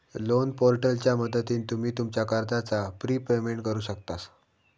loan पोर्टलच्या मदतीन तुम्ही तुमच्या कर्जाचा प्रिपेमेंट करु शकतास